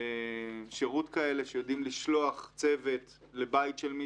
שירות שיודעות לשלוח צוות לבית של מישהו.